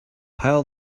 pile